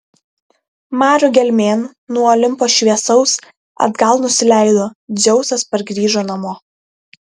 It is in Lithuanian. marių gelmėn nuo olimpo šviesaus atgal nusileido dzeusas pargrįžo namo